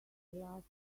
last